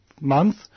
month